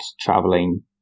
traveling